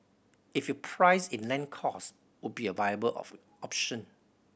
if you price in land costs would be a viable of option